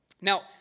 Now